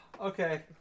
Okay